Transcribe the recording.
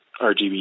RGB